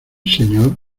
señor